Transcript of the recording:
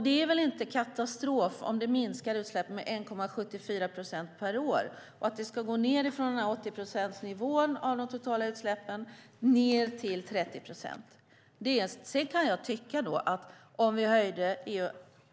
Det är väl inte katastrof om det minskar utsläppen med 1,74 procent per år och om det ska gå från 80-procentsnivån av de totala utsläppen ned till 30 procent. Sedan kan jag tycka att neddragningen skulle bli tuffare och snabbare om vi höjde